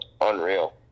unreal